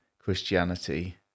Christianity